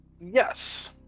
Yes